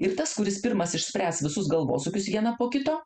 ir tas kuris pirmas išspręs visus galvosūkius vieną po kito